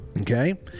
Okay